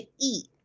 eat